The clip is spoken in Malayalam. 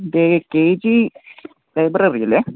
ഇത് കേ ജീ ലൈബ്രറിയല്ലേ